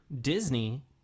Disney